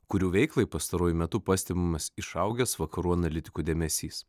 kurių veiklai pastaruoju metu pastebimas išaugęs vakarų analitikų dėmesys